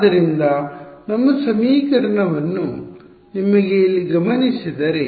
ಆದ್ದರಿಂದ ನಮ್ಮ ಸಮೀಕರಣವನ್ನು ನೀವು ಇಲ್ಲಿ ಗಮನಿಸಿದರೆ